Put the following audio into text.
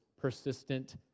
persistent